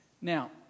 Now